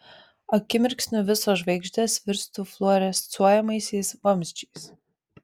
akimirksniu visos žvaigždės virstų fluorescuojamaisiais vamzdžiais